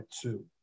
two